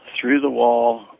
through-the-wall